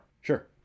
sure